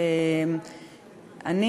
תודה,